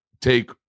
take